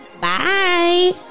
Bye